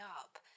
up